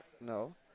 No